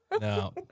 No